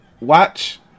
watch